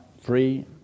free